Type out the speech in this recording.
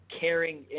Caring